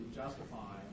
justify